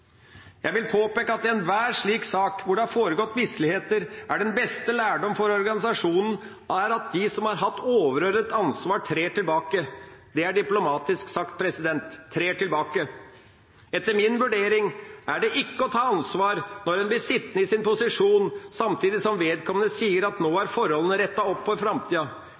Jeg vil påpeke at i enhver slik sak, hvor det har foregått misligheter, er den beste lærdom for organisasjonen at de som har hatt overordnet ansvar, trer tilbake. Det er diplomatisk sagt: trer tilbake. Etter min vurdering er det ikke å ta ansvar når en blir sittende i sin posisjon samtidig som vedkommende sier at nå er forholdene rettet opp for framtida.